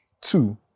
Two